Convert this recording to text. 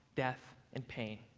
death and pain.